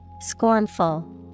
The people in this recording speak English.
Scornful